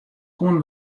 koene